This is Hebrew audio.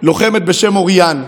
לוחמת בשם אוריאן,